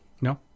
No